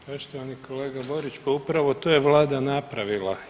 Poštovani kolega Borić, pa upravo to je vlada napravila.